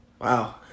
Wow